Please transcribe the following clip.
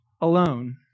alone